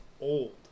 old